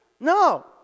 No